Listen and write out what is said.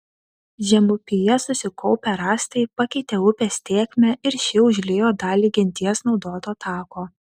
žemupyje susikaupę rąstai pakeitė upės tėkmę ir ši užliejo dalį genties naudoto tako